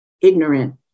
ignorant